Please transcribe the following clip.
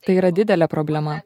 tai yra didelė problema